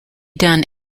done